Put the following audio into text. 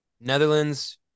Netherlands